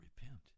repent